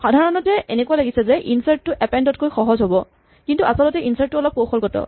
সাধাৰণতে এনেকুৱা লাগিছে যেন ইনচাৰ্ট টো এপেন্ড তকৈ সহজ হ'ব কিন্তু আচলতে ইনচাৰ্ট টো অলপ কৌশলগত